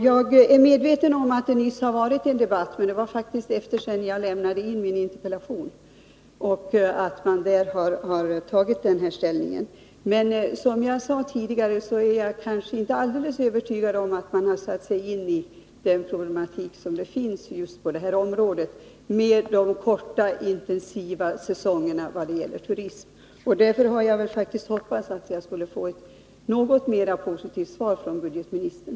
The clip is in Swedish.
Jag är medveten om att det nyligen har varit en debatt i frågan, och att man där tagit ställning på detta sätt, men det var faktiskt efter det att jag lämnade in min interpellation. Som jag sade tidigare är jag emellertid inte alldeles övertygad om att man har satt sig in i den problematik som finns just på det här området, med tanke på de korta, intensiva turistsäsongerna. Därför hade jag hoppats att jag skulle få ett något mera positivt svar från budgetministern.